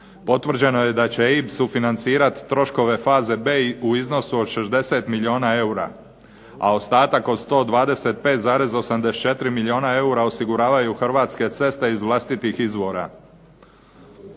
potvrđeno je da će EIB sufinancirat troškove faze B u iznosu od 60 milijuna eura, a ostatak od 125,84 milijuna eura osiguravaju Hrvatske cesta iz vlastitih izvora.